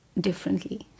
differently